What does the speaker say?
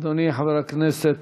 אדוני חבר הכנסת